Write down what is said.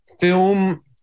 Film